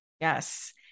Yes